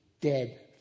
dead